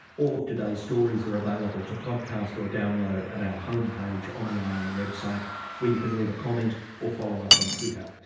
all of today's stories are available to podcast, or download at our homepage on the rn and website where you can leave a comment or follow us on twitter.